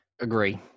Agree